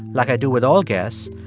like i do with all guests,